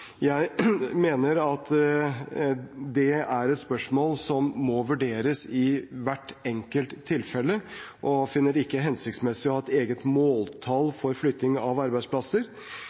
Jeg mener at dette er spørsmål som må vurderes i hvert enkelt tilfelle, og finner det ikke hensiktsmessig å ha et eget måltall for flytting av arbeidsplasser.